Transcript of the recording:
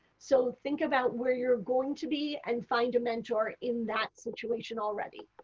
so think about where you are going to be and find a mentor in that situation already.